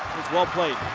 well played.